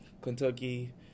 Kentucky